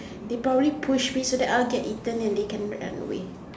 they probably push me so that I'll get eaten and they can run away